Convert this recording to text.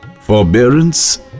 Forbearance